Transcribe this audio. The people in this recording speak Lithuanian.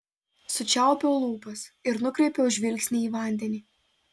sučiaupiau lūpas ir nukreipiau žvilgsnį į vandenį